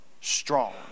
strong